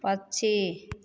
पक्षी